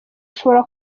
ushobora